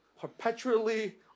perpetually